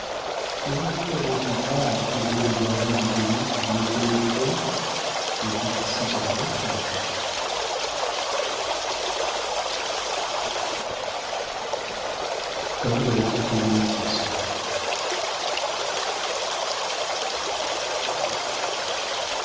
ne vous attendez-vous pas à trouver le baron du guaisnic une épée au poing ou tout ici serait mensonge